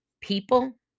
people